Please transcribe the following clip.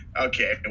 okay